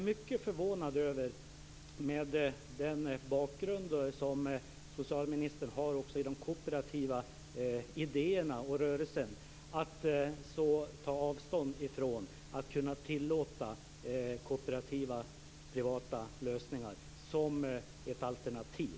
Med tanke på den bakgrund som socialministern har i den kooperativa rörelsen är jag mycket förvånad över att han så tar avstånd från att tillåta kooperativa privata lösningar som ett alternativ.